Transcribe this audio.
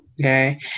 Okay